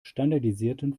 standardisierten